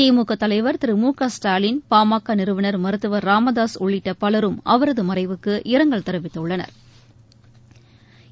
திமுக தலைவர் திரு மு க ஸ்டாலின் பாமக நிறுவனர் மருத்தவர் ச ராமதாசும் உள்ளிட்ட பலரும் அவரது மறைவுக்கு இரங்கல் தெரிவித்துள்ளனா்